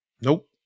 Nope